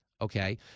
okay